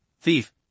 thief